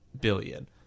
billion